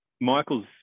Michael's